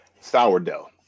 sourdough